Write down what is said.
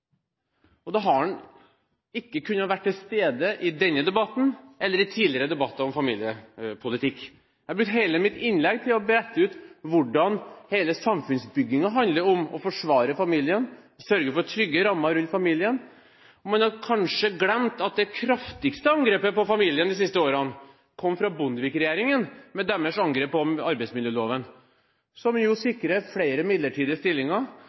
politikk. Da kan han ikke ha vært til stede i denne debatten, eller i tidligere debatter om familiepolitikk. Jeg brukte hele mitt innlegg til å brette ut hvordan hele samfunnsbyggingen handler om å forsvare familien og sørge for trygge rammer rundt familien. Man har kanskje glemt at det kraftigste angrepet på familien de siste årene kom fra Bondevik-regjeringen, med dens angrep på arbeidsmiljøloven, som sikrer flere midlertidige stillinger